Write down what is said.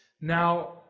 Now